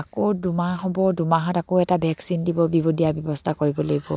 আকৌ দুমাহ হ'ব দুমাহত আকৌ এটা ভেকচিন দিব বিব দিয়া ব্যৱস্থা কৰিব লাগিব